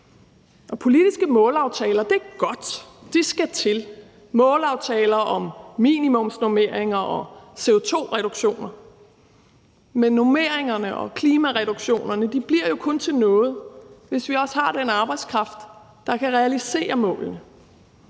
Politiske målaftaler er godt – de skal til. Målaftaler om minimumsnormeringer og CO2-reduktioner, men normeringerne og klimareduktionerne bliver jo kun til noget, hvis vi også har den arbejdskraft, der kan realisere målene.